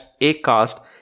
Acast